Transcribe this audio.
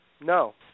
No